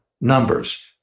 numbers